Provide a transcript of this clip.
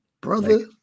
brother